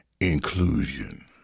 inclusion